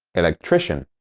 electrician.